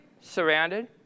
surrounded